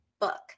book